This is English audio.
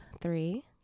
three